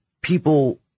people